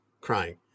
crying